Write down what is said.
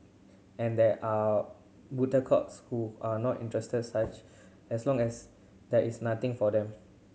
and there are who are not interested such as long as there is nothing for them